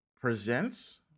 Presents